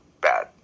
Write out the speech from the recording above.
bad